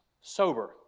sober